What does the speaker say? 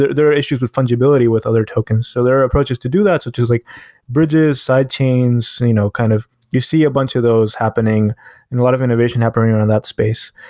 there there are issues of fungibility with other tokens. so their approach is to do that, such as like bridges, sidechains, you know kind of you see a bunch of those happening and a lot of innovation happening around that space.